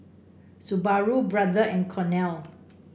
Subaru Brother and Cornell